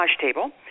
table